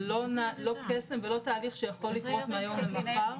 זה לא קסם ולא תהליך שיכול לקרות מהיום למחר.